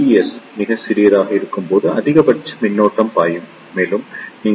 S மிகச் சிறியதாக இருக்கும்போது அதிகபட்ச மின்னோட்டம் பாயும் மேலும் நீங்கள் வி